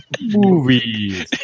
Movies